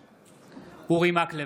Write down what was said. בעד אורי מקלב,